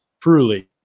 truly